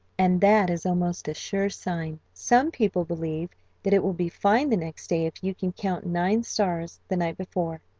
and that is almost a sure sign. some people believe that it will be fine the next day if you can count nine stars the night before.